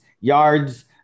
yards